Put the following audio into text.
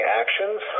actions